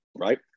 right